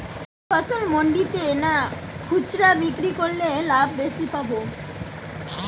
ফসল মন্ডিতে না খুচরা বিক্রি করলে লাভ বেশি পাব?